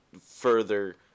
further